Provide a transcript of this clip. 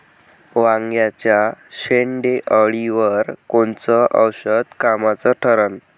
वांग्याच्या शेंडेअळीवर कोनचं औषध कामाचं ठरन?